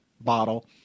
bottle